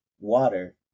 Water